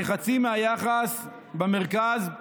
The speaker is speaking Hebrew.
כחצי מהיחס במרכז,